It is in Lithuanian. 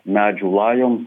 medžių lajom